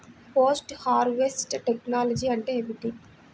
Post harvest technology అంటే ఏమిటి?